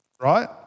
right